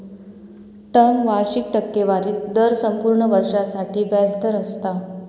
term वार्षिक टक्केवारी दर संपूर्ण वर्षासाठी व्याज दर असता